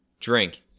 drink